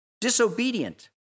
disobedient